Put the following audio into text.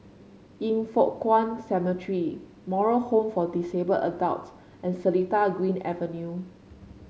Yin Foh Kuan Cemetery Moral Home for Disabled Adults and Seletar Green Avenue